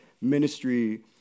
ministry